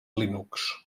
linux